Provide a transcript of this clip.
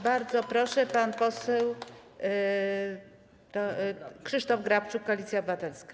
Bardzo proszę, pan poseł Krzysztof Grabczuk, Koalicja Obywatelska.